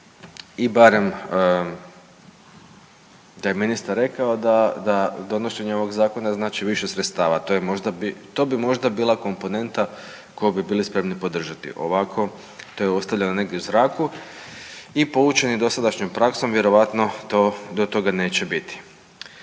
i barem da je ministar rekao da, da donošenje ovog zakona znači više sredstava. To bi možda bila komponenta koju bi bili spremni podržati, ovako to je ostavljeno negdje u zraku i poučeni dosadašnjom praksom vjerojatno to, do toga neće biti.